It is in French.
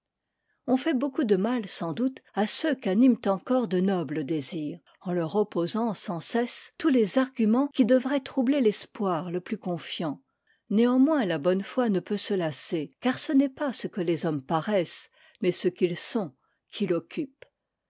on fait beaucoup de mal sans doute à ceux qu'animent encore de nobles désirs en leur opposant sans cesse tous les arguments qui devraient troubler l'espoir le plus confiant néanmoins la bonne foi ne peut se lasser car ce n'est pas ce que les hommes paraissent mais ce qu'ils sont qui l'occupe